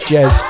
Jazz